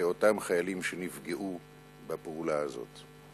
לאותם חיילים שנפגעו בפעולה הזאת.